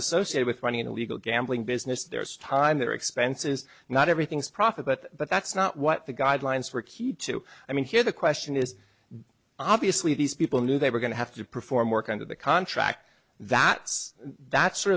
associated with running a legal gambling business there is time there are expenses not everything is profit but that's not what the guidelines were keyed to i mean here the question is obviously these people knew they were going to have to perform work under the contract that that's sort